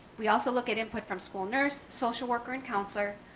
we also look at input from school nurse, social worker and counselor.